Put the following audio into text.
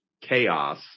chaos